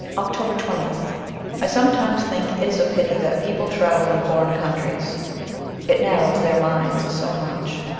october twentieth i sometimes think it is a pity that people travel in foreign countries it narrows their minds so much.